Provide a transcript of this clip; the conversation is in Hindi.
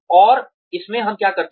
और इसमें हम क्या करते हैं